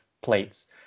plates